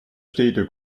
städte